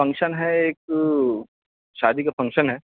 function ہے ایک شادی کا فنکشن ہے